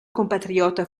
compatriota